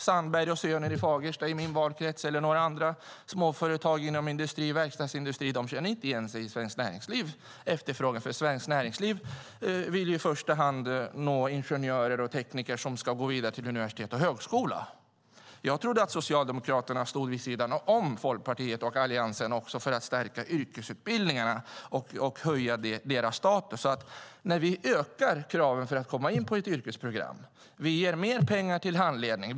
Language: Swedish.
Sandberg & Söner i Fagersta, i min valkrets, eller några andra små företag inom industri och verkstadsindustri känner inte igen sig i Svenskt Näringslivs efterfrågan. Svenskt Näringsliv vill i första hand nå ingenjörer och tekniker som ska gå vidare till universitet och högskola. Jag trodde att Socialdemokraterna stod vid sidan om Folkpartiet och Alliansen för att stärka yrkesutbildningarna och höja deras status. Vi ökar kraven för att man ska kunna komma in på ett yrkesprogram. Vi ger mer pengar till handledning.